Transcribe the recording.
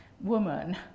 woman